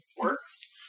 works